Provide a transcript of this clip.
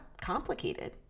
complicated